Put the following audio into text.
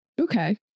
Okay